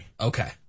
Okay